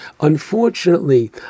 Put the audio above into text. unfortunately